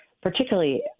Particularly